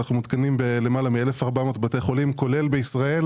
מותקנים בלמעלה מ-1,400 בתי חולים כולל בישראל,